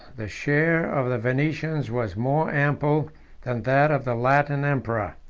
the share of the venetians was more ample than that of the latin emperor.